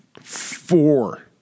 four